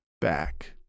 back